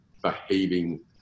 behaving